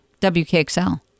WKXL